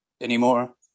anymore